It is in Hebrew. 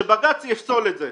שבג"ץ יפסול את זה.